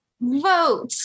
Vote